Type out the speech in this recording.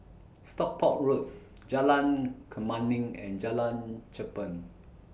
Stockport Road Jalan Kemuning and Jalan Cherpen